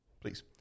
Please